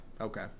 Okay